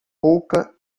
pouca